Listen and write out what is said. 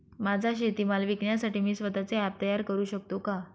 माझा शेतीमाल विकण्यासाठी मी स्वत:चे ॲप तयार करु शकतो का?